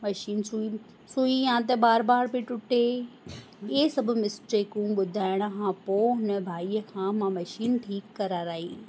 machine सुई सुई या त बार बार पई टूटे ऐं सभु मिस्टेकूं ॿुधाइण खां पोइ हुन भाईअ खां मां मशीन ठीकु करा राई